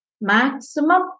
maximum